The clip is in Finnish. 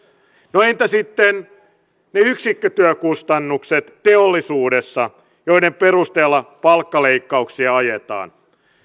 no entä sitten ne yksikkötyökustannukset teollisuudessa joiden perusteella palkkaleikkauksia ajetaan